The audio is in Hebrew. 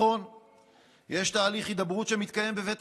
ומה החידוש בממשלה